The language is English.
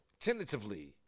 Tentatively